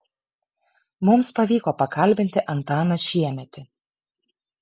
mums pavyko pakalbinti antaną šiemetį